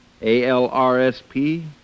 A-L-R-S-P